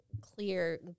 clear